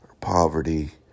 poverty